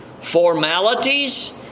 formalities